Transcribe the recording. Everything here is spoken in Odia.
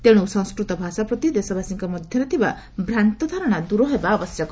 ତେଣୁ ସଂସ୍କୃତ ଭାଷା ପ୍ରତି ଦେଶବାସୀଙ୍କ ମଧ୍ୟରେ ଥିବା ଭ୍ରାନ୍ତ ଧାରଣା ଦୂର ହେବା ଆବଶ୍ୟକ